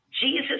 Jesus